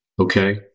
okay